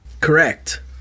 Correct